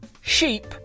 Sheep